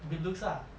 good looks lah